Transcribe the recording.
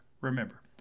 Remember